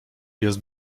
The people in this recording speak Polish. jest